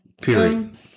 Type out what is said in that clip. period